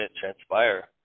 transpire